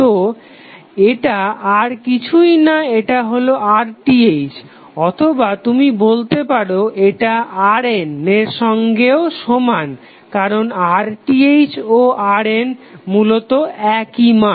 তো এটা আর কিছুই না এটা হলো RTh অথবা তুমি বলতে পারো এটা RN এর সঙ্গেও সমান কারণ RTh ও RN এর মূলত একই মান